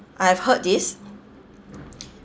I have heard this